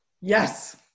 Yes